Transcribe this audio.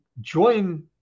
join